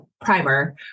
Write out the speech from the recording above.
primer